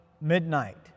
midnight